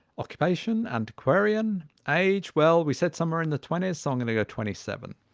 occupation and aquarian age well we said somewhere in the twenties, so i'm gonna go twenty seven,